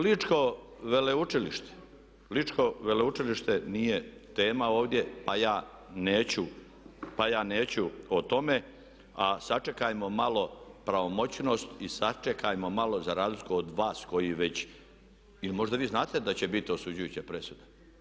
Ličko veleučilište, ličko veleučilište nije tema ovdje pa ja neću o tome a sačekajmo malo pravomoćnost i sačekajmo malo za razliku od vas koji već, ili možda vi znate da će biti osuđujuća presuda.